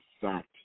fact